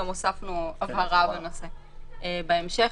גם הוספנו הבהרה בנושא בהמשך.